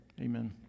Amen